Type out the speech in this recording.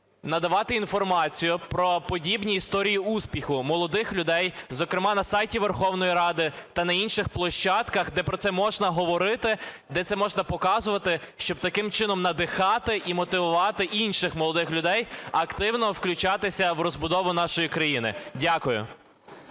надавати інформацію про подібні історії успіху молодих людей, зокрема на сайті Верховної Ради та на інших площадках, де про це можна говорити, де це можна показувати. Щоб таким чином надихати і мотивувати інших молодих людей активно включатися в розбудову нашої країни. Дякую.